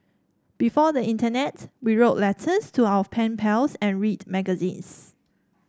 before the internet we wrote letters to our pen pals and read magazines